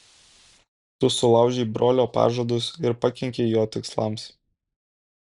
tu sulaužei brolio pažadus ir pakenkei jo tikslams